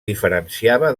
diferenciava